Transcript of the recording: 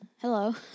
Hello